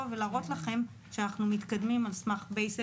ולהראות לכם שאנחנו מתקדמים על סמך evidence based